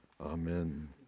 Amen